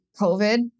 COVID